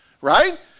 Right